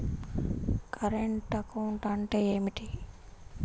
Current account అంటే ఏమిటి?